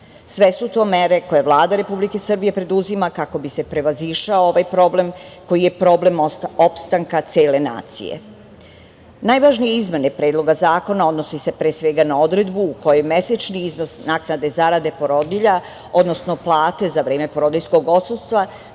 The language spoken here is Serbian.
Sve su to mere koje Vlada Republike Srbije preduzima kako bi se prevazišao ovaj problem koji je problem opstanka cele nacije. Najvažnije izmene Predloga zakona odnose se, pre svega, na odredbu u kojem mesečni iznos naknade zarade porodilja, odnosno plate za vreme porodiljskog odsustva